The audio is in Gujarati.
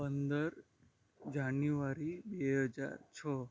પંદર જાન્યુઆરી બે હજાર છ